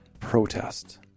protest